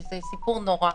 זה סיפור נורא.